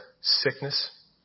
sickness